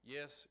Yes